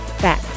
back